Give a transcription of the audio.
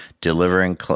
delivering